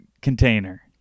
container